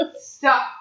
Stop